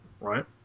right